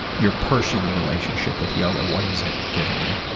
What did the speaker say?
your personal relationship with yoga, what has it given you?